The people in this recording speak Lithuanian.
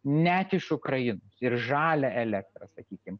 net iš ukrainos ir žalią elektrą sakykim